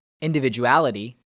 individuality